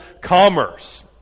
commerce